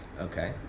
Okay